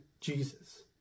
Jesus